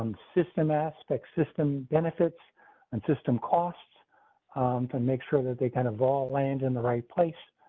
and system aspect, system, benefits and system costs to make sure that they kind of all land in the right place.